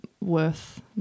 worth